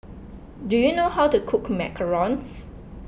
do you know how to cook Macarons